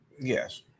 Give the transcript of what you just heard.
Yes